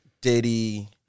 Diddy